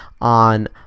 on